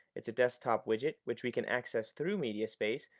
it's a desktop widget, which we can access through mediaspace,